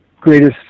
greatest